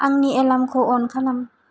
आंनि एलार्मखौ अन खालाम